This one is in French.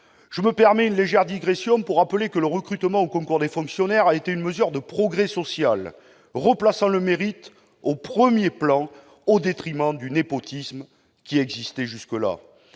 Je me permets une légère digression pour rappeler que le recrutement au concours des fonctionnaires a été une mesure de progrès social visant à replacer le mérite au premier plan, au détriment du népotisme qui existait jusque-là.